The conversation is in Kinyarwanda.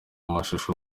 mashusho